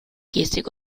gestik